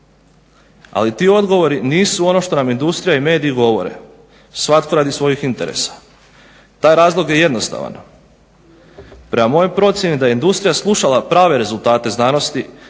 ali ti odgovori nisu ono što nam industrija i mediji govore svatko radi svojih interesa. Taj razlog je jednostavan. Prema mojoj procjeni da je industrija slušala prave rezultate znanosti